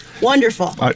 Wonderful